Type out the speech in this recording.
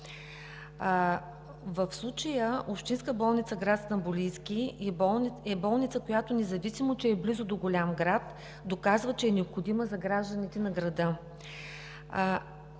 В случая Общинска болница град Стамболийски е болница, която независимо че е близо до голям град, доказва, че е необходима за гражданите на града.